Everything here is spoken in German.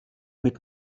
mit